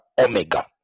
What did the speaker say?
Omega